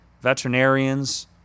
veterinarians